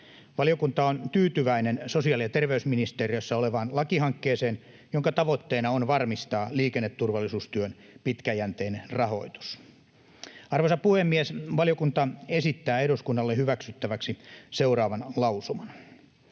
Valiokunta on tyytyväinen sosiaali‑ ja terveysministeriössä olevaan lakihankkeeseen, jonka tavoitteena on varmistaa liikenneturvallisuustyön pitkäjänteinen rahoitus. Arvoisa puhemies! Valiokunta esittää eduskunnalle hyväksyttäväksi seuraavan lausuman: